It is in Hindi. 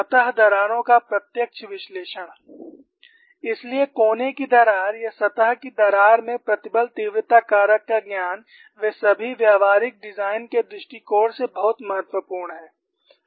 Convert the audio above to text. सतह दरारों का प्रत्यक्ष विश्लेषण इसलिए कोने की दरार या सतह की दरार में प्रतिबल तीव्रता कारक का ज्ञान वे सभी व्यावहारिक डिजाइन के दृष्टिकोण से बहुत महत्वपूर्ण हैं